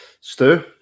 Stu